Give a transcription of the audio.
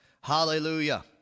Hallelujah